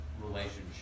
relationship